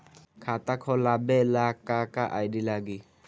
खाता खोलाबे ला का का आइडी लागी?